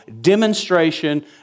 demonstration